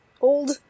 old